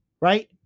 Right